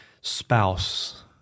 spouse